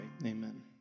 Amen